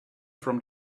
from